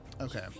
Okay